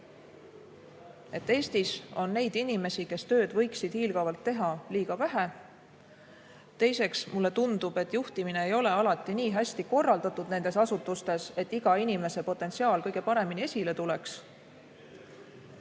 Eestis on neid inimesi, kes tööd võiksid hiilgavalt teha, liiga vähe. Teiseks, mulle tundub, et juhtimine ei ole alati nii hästi korraldatud nendes asutustes, et iga inimese potentsiaal kõige paremini esile tuleks.